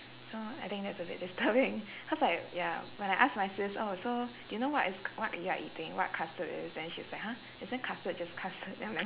so I think that's a bit disturbing cause like ya when I ask my sis oh so do you know what is c~ what you are eating what custard is then she's like !huh! isn't custard just custard then I'm like